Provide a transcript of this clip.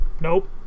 nope